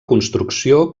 construcció